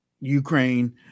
Ukraine